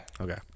Okay